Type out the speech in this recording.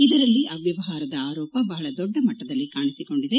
ಇದರಲ್ಲಿ ಅವ್ಯವಹಾರದ ಆರೋಪ ಬಹಳ ದೊಡ್ಡ ಮಟ್ಟದಲ್ಲಿ ಕಾಣಿಸಿಕೊಂಡಿದೆ